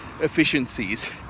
efficiencies